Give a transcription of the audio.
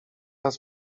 raz